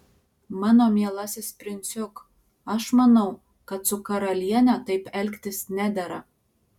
mano mielasis princiuk aš manau kad su karaliene taip elgtis nedera